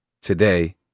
today